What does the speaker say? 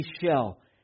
shell